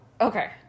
okay